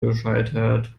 gescheitert